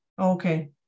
okay